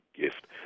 gift